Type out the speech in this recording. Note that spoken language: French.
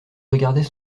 regardait